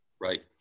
Right